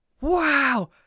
Wow